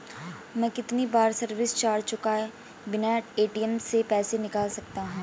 मैं कितनी बार सर्विस चार्ज चुकाए बिना ए.टी.एम से पैसे निकाल सकता हूं?